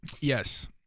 yes